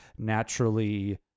naturally